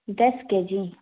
دس کے جی